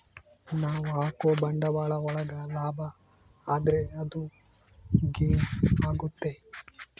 ನಾವ್ ಹಾಕೋ ಬಂಡವಾಳ ಒಳಗ ಲಾಭ ಆದ್ರೆ ಅದು ಗೇನ್ ಆಗುತ್ತೆ